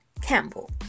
Campbell